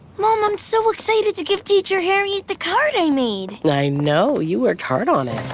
mom, i'm so excited to give teacher harriet the card i made. i know, you worked hard on it.